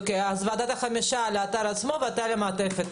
ועדת החמישה אחראית על האתר עצמו ואתה על המעטפת.